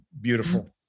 beautiful